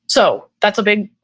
so that's a big,